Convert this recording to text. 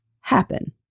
happen